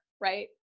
right